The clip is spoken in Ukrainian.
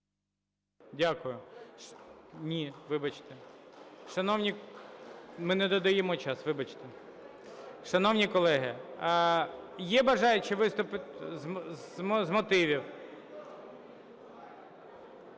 час, вибачте. Шановні колеги, є бажаючі виступити з мотивів?